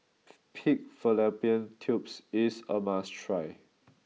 Pig Fallopian Tubes is a must try